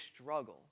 struggle